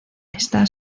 esta